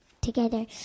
together